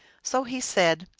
so he said,